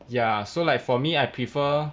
ya so like for me I prefer